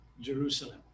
Jerusalem